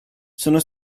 sono